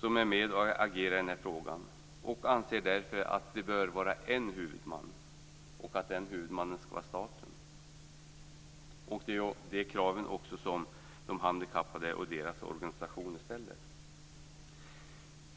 som är med och agerar i denna fråga. Vi anser att det bör vara en huvudman och att den huvudmannen skall vara staten. Det är också dessa krav som de handikappade och deras organisationer ställer.